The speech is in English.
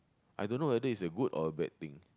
I don't whether is a good or a bad thing